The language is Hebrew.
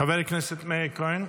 חבר הכנסת מאיר כהן.